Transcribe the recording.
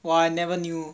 !wah! I never knew